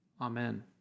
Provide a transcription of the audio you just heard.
Amen